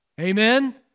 Amen